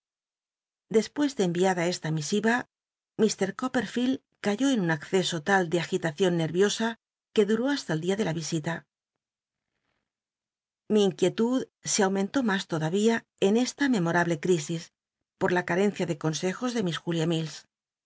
despues de cmiada esta misiva it copperfield cayó en un acce o tal de agitacion neniosa que duró hasta el dia de la visita li inquietud se aumento mas lodavia en cola memorable crisis pot la c ucucia de consejos ele miss